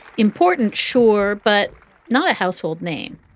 important, sure, but not a household name.